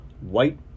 white